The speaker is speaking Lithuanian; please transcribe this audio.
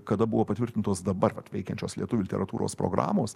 kada buvo patvirtintos dabar veikiančios lietuvių literatūros programos